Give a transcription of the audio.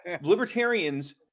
libertarians